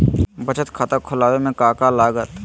बचत खाता खुला बे में का का लागत?